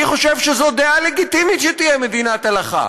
אני חושב שזו דעה לגיטימית שתהיה מדינת הלכה,